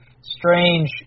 strange